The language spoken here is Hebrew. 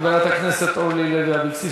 חברת הכנסת אורלי לוי אבקסיס,